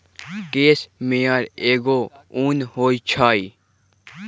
case मेयर एगो उन होई छई